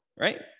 right